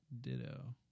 Ditto